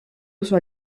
uso